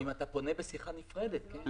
אם אתה פונה בשיחה נפרדת, כן?